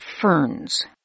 ferns